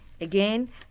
Again